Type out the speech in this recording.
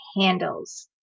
handles